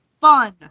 fun